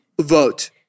Vote